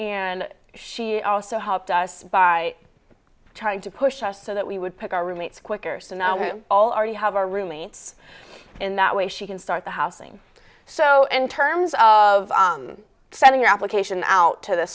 and she also helped us by trying to push us so that we would pick our roommates quicker so now we all already have our roommates in that way she can start the housing so in terms of setting your application out to the